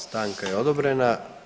Stanka je odobrena.